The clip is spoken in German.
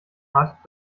hat